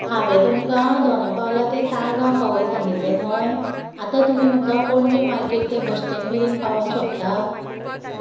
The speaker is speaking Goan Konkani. हांवें तुमकां दोना पाउला तें ताळगांव पावोवपाक सांगिल्लें न्हय आतां तुमी म्हाका पणजे मार्केट ते बस स्टँड मेरेन पावोवूंक शकता